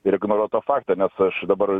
ir ignoruot tą faktą nes aš dabar